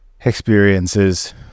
experiences